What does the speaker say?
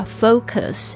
focus